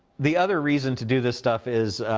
the other reason to do this stuff is.